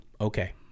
okay